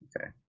Okay